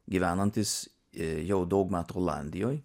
gyvenantis jau daug metų olandijoj